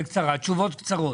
תשובות קצרות.